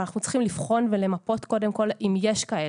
אבל אנחנו צריכים לבחון ולמפות קודם כל אם יש כאלה.